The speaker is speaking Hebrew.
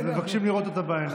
אז מבקשים לראות את זה בעיניים.